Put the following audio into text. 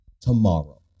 tomorrow